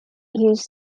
use